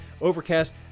Overcast